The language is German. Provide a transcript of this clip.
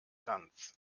tanz